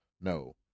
No